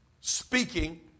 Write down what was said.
speaking